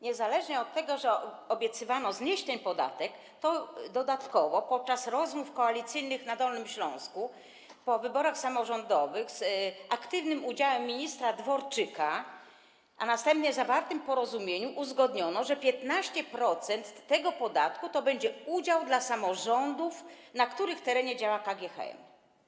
Niezależnie od tego, że obiecywano znieść ten podatek, to dodatkowo podczas rozmów koalicyjnych na Dolnym Śląsku po wyborach samorządowych, z aktywnym udziałem ministra Dworczyka, zgodnie z zawartym porozumieniem, uzgodniono, że 15% tego podatku to będzie udział samorządów, na których terenie działa KGHM.